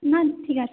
না ঠিক আছে